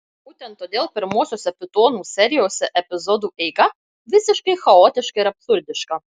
būtent todėl pirmuosiuose pitonų serijose epizodų eiga visiškai chaotiška ir absurdiška